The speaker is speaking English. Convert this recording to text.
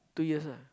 two years ah